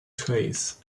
trays